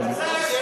אדוני.